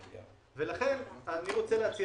אני רוצה להציע